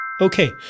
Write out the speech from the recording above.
Okay